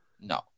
No